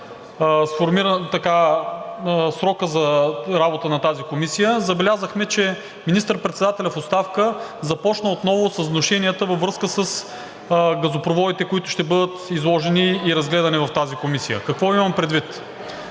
срокът за работа на тази комисия? Забелязахме, че министър-председателят в оставка започна отново с внушенията във връзка с газопроводите, които ще бъдат изложени и разгледани в тази комисия. Какво имам предвид?